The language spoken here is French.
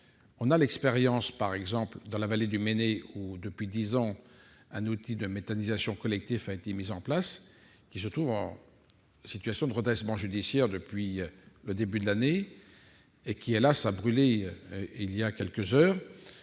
de l'expérience conduite dans de la vallée du Mené où, depuis dix ans, un outil de méthanisation collectif a été mis en place, lequel se trouve en situation de redressement judiciaire depuis le début de l'année et qui, hélas, a brûlé il y a quelques heures.